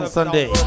Sunday